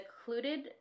secluded